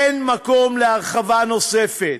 אין מקום להרחבה נוספת.